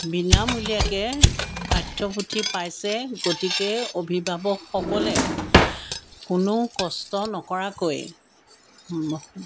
বিনামূলীয়াকৈ পাঠ্যপুথি পাইছে গতিকে অভিভাৱকসকলে কোনো কষ্ট নকৰাকৈ